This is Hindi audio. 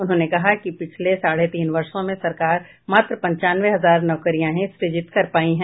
उन्होंने कहा कि पिछले साढ़े तीन वर्षों में सरकार मात्र पंचानवे हजार नौकरियां ही सृजित कर पाई है